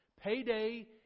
Payday